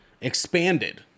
expanded